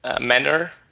manner